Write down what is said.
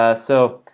ah so,